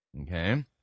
okay